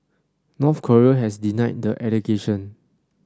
North Korea has denied the allegation